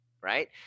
right